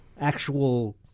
actual